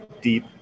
deep